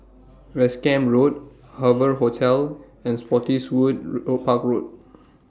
West Camp Road Hoover Hotel and Spottiswoode Park Road